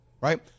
right